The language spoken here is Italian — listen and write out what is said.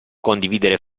condividere